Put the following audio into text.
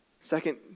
Second